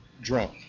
drunk